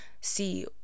see